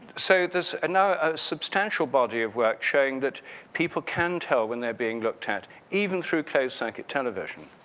so it is in our substantial body of work, showing that people can tell when they're being looked at even through close circuit television.